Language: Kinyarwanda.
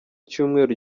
cyumweru